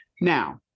Now